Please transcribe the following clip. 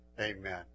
amen